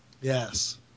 yes